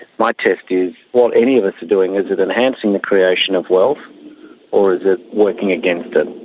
my test is what any of us are doing, is it enhancing the creation of wealth or is it working against it?